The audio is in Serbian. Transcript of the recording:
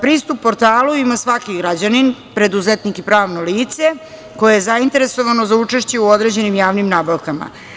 Pristup portalu ima svaki građanin, preduzetnik i pravno lice koje je zainteresovano za učešće u određenim javnim nabavkama.